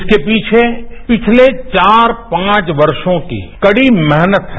इसके पीछे पिछले चार पांच वर्षों की कड़ी गेहनत है